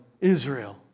Israel